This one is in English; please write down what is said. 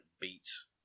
beats